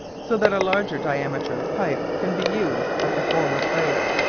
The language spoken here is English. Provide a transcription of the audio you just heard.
so that a larger diameter of pipe can be used at the former place.